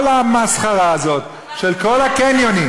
כל המסחרה הזאת של כל הקניונים,